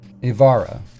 Ivara